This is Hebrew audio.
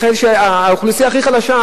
האוכלוסייה הכי חלשה,